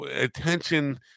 attention